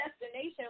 destination